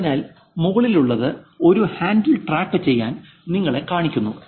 അതിനാൽ മുകളിലുള്ളത് ഒരു ഹാൻഡിൽ ട്രാക്ക് ചെയ്യാൻ നിങ്ങളെ കാണിക്കുന്നു